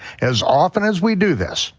as often as we do this,